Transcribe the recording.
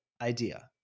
idea